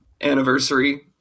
anniversary